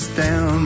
down